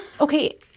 Okay